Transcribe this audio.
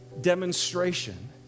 demonstration